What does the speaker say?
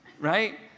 right